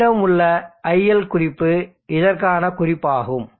நம்மிடம் உள்ள iL குறிப்பு இதற்கான குறிப்பாக இருக்கும்